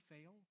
fail